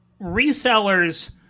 Resellers